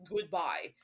goodbye